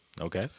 Okay